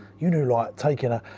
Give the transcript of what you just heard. you knew like taking a,